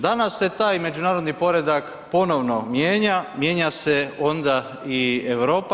Danas se taj međunarodni poredak ponovno mijenja, mijenja se onda i Europa.